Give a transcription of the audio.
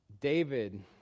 David